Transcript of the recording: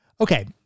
Okay